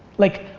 like,